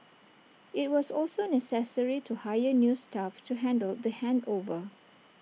IT was also necessary to hire new staff to handle the handover